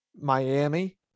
Miami